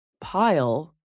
pile